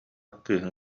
кыыһын